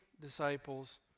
disciples